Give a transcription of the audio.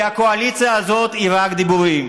כי הקואליציה הזאת היא רק דיבורים.